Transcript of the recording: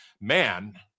man